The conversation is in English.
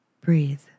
Breathe